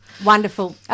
Wonderful